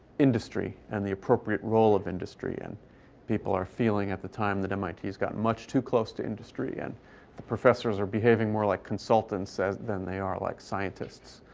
industry and the appropriate role of industry. and people are feeling at the time that mit has gotten much too close to industry. and professors are behaving more like consultants than they are like scientists.